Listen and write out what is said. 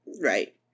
Right